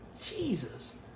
Jesus